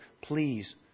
please